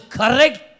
correct